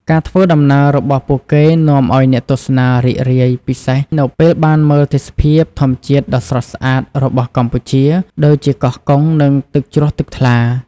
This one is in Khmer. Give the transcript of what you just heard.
ការធ្វើដំណើររបស់ពួកគេនាំឲ្យអ្នកទស្សនារីករាយពិសេសនៅពេលបានមើលទេសភាពធម្មជាតិដ៏ស្រស់ស្អាតរបស់កម្ពុជា ដូចជាកោះកុង និងទឹកជ្រោះទឹកថ្លា។